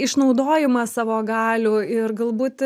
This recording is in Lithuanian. išnaudojimas savo galių ir galbūt